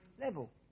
level